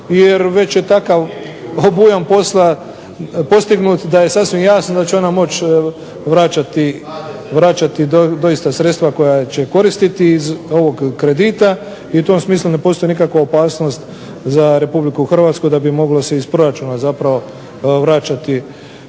jer je već takav obujam posla postignut da je sasvim jasno da će ona moći vraćati doista sredstva koja će koristiti iz ovog kredita i u tom smislu ne postoji opasnost za Republiku Hrvatsku da bi moglo se iz proračuna se vraćati